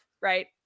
right